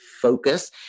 focus